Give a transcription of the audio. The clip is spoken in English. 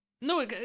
No